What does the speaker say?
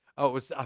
oh it was, ah